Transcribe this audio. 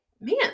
Man